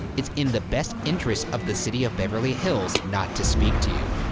it's in the best interest of the city of beverly hills not to speak to you,